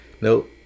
Nope